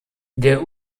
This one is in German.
der